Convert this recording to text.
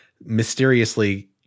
mysteriously